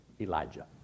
Elijah